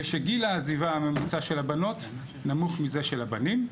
ושגיל העזיבה הממוצע של הבנות נמוך מזה של הבנים.